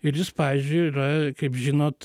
ir jis pažiui yra kaip žinot